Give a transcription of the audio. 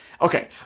Okay